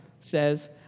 says